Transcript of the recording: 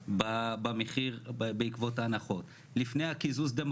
בצדק, בצדק.